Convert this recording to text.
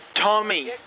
Tommy